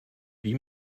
wie